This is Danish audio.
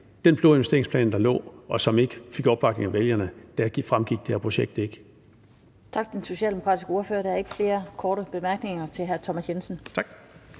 den blå investeringsplan, der lå, og som ikke fik opbakning af vælgerne, fremgik det her projekt ikke. Kl. 19:04 Den fg. formand (Annette Lind): Tak til den socialdemokratiske ordfører. Der er ikke flere korte bemærkninger til hr. Thomas Jensen.